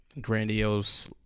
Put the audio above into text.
grandiose